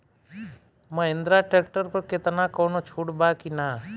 Mahindra tractor पर केतना कौनो छूट बा कि ना?